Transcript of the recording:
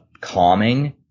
calming